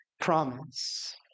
promise